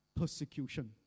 Persecution